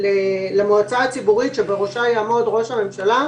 למועצה הציבורית שבראשה יעמוד ראש הממשלה.